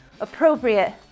appropriate